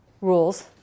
rules